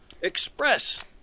Express